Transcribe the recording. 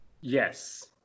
Yes